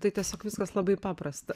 tai tiesiog viskas labai paprasta